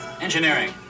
Engineering